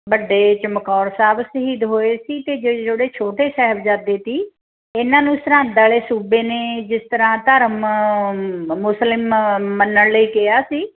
ਵੱਡੇ ਚਮਕੌਰ ਸਾਹਿਬ ਸ਼ਹੀਦ ਹੋਏ ਸੀ ਅਤੇ ਜਿਹੜੇ ਛੋਟੇ ਛੋਟੇ ਸਾਹਿਬਜ਼ਾਦੇ ਸੀ ਇਹਨਾਂ ਨੂੰ ਸਰਹਿੰਦ ਵਾਲੇ ਸੂਬੇ ਨੇ ਜਿਸ ਤਰ੍ਹਾਂ ਧਰਮ ਮੁਸਲਿਮ ਮੰਨਣ ਲਈ ਕਿਹਾ ਸੀ